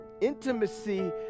intimacy